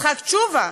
יצחק תשובה,